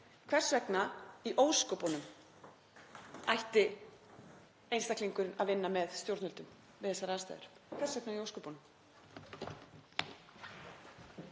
Hvers vegna í ósköpunum ætti einstaklingurinn að vinna með stjórnvöldum við þessar aðstæður? Hvers vegna í ósköpunum?